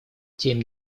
тем